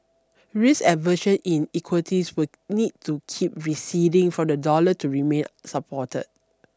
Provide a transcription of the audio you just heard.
risk aversion in equities will need to keep receding for the dollar to remain supported